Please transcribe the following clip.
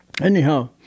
Anyhow